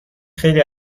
خیلی